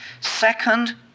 second